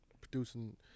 producing